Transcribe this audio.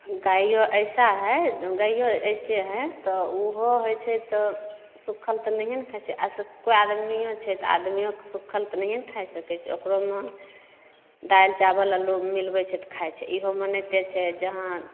गाइयो अइसा है गाइयो अइसे है तऽ ओहो होइत छै तऽ सुखल तऽ नहिए ने खाइत छै एतुका आदमीयो छै आदमीयोके सुखल तऽ नहिए ने खाइ सकैत छै ओकरोमे दालि चाबल आलू मिलबैत छै तऽ खाइत छै इहो माने छै से जहाँ